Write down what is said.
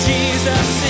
Jesus